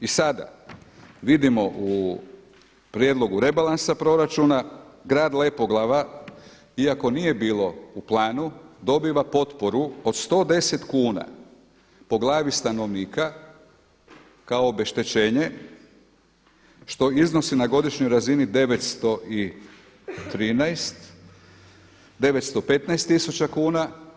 I sada vidimo u prijedlogu rebalansa proračuna grad Lepoglava iako nije bilo u planu dobiva potporu od 110 kuna po glavi stanovnika kao obeštećenje što iznosi na godišnjoj razini 913, 915 tisuća kuna.